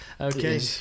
Okay